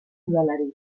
udalari